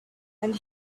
and